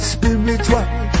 Spiritual